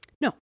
No